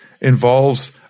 involves